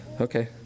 Okay